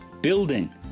building